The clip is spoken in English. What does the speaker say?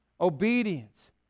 obedience